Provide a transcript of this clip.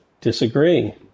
disagree